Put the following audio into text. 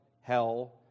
Hell